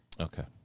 Okay